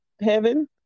heaven